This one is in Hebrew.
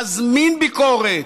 להזמין ביקורת,